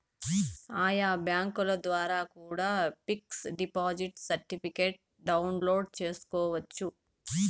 ఆయా బ్యాంకుల ద్వారా కూడా పిక్స్ డిపాజిట్ సర్టిఫికెట్ను డౌన్లోడ్ చేసుకోవచ్చు